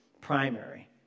primary